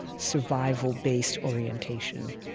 survival-based orientation.